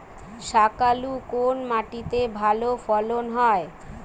শাকালু কোন মাটিতে ভালো ফলন হয়?